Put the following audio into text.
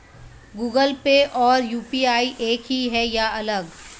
Google Pay और UPI एक ही है या अलग?